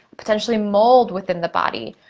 potentially mold within the body,